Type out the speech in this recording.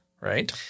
right